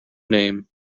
name